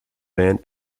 band